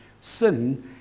sin